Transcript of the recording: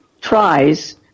Tries